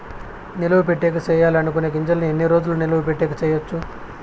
నిలువ పెట్టేకి సేయాలి అనుకునే గింజల్ని ఎన్ని రోజులు నిలువ పెట్టేకి చేయొచ్చు